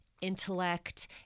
intellect